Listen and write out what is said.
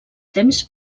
temps